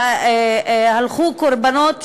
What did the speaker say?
שהלכו קורבנות,